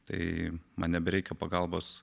tai man nebereikia pagalbos